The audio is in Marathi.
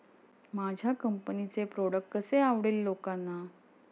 माझ्या कंपनीचे प्रॉडक्ट कसे आवडेल लोकांना?